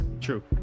true